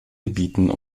gebieten